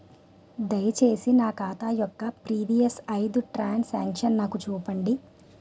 దయచేసి నా ఖాతా యొక్క ప్రీవియస్ ఐదు ట్రాన్ సాంక్షన్ నాకు చూపండి